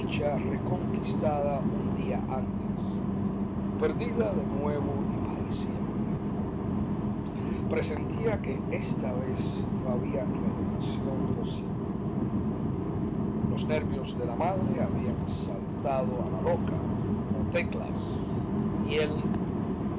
reconquistada un día antes perdida de nuevo y para siempre presentía que esta vez no había redención posible los nervios de la madre habían saltado a la loca como teclas y él